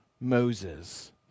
Moses